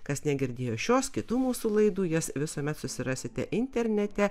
kas negirdėjo šios kitų mūsų laidų jas visuomet susirasite internete